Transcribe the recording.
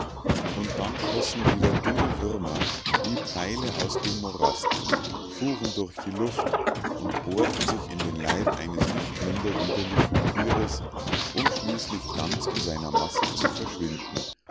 und dann schossen wieder dünne würmer wie pfeile aus dem morast fuhren durch die luft und bohrten sich in den leib eines nicht minder widerlichen tieres um schließlich ganz in seiner masse zu verschwinden